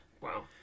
Wow